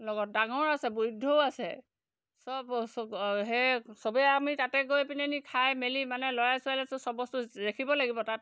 লগত ডাঙৰ আছে বৃদ্ধও আছে চব চব সেয়ে চবেই আমি তাতে গৈ পিনে নি খাই মেলি মানে ল'ৰা ছোৱালীয়ে চব বস্তু দেখিব লাগিব তাত